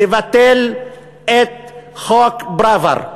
לבטל את חוק פראוור.